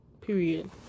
Period